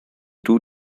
two